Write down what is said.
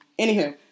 Anywho